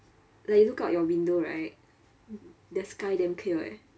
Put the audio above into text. like you look out your window right the sky damn clear eh